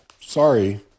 Sorry